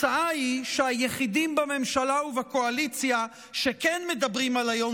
התוצאה היא שהיחידים בממשלה ובקואליציה שכן מדברים על היום